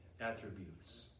attributes